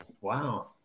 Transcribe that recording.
Wow